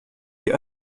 die